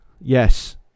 Yes